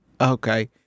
Okay